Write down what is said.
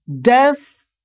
death